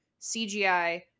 CGI